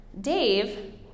Dave